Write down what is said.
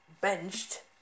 benched